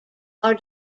are